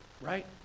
Right